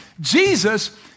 Jesus